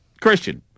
Christian